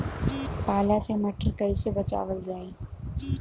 पाला से मटर कईसे बचावल जाई?